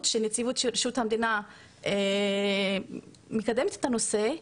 שבהם נציבות שירות המדינה מקדמת את הנושא,